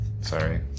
Sorry